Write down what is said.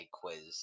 quiz